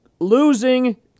Losing